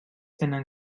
tenen